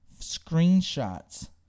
screenshots